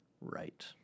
right